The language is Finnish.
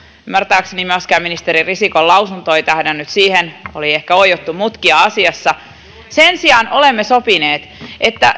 ymmärtääkseni myöskään ministeri risikon lausunto ei tähdännyt siihen oli ehkä oiottu mutkia asiassa sen sijaan olemme sopineet että